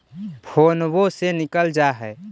फोनवो से निकल जा है?